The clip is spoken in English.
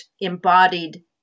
embodied